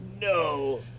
No